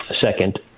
second